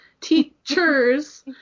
teachers